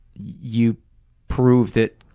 you prove that,